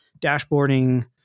Dashboarding